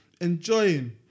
enjoying